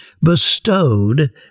bestowed